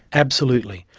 absolutely.